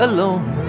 Alone